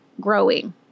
growing